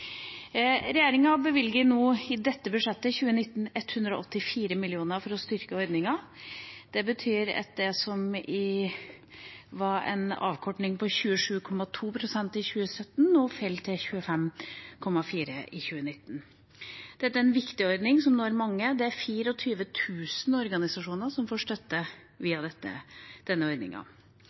Regjeringa bevilger i budsjettet for 2019 184 mill. kr for å styrke ordningen. Det betyr at det som var en avkortning på 27,2 pst. i 2017, faller til 25,4 pst. i 2019. Dette er en viktig ordning som når mange. Det er 24 000 organisasjoner som får støtte via denne